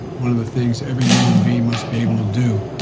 one of the things every human being must be able to do.